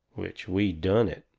which we done it.